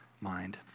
mind